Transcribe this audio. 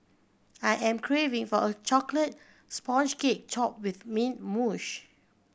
I am craving for a chocolate sponge cake with mint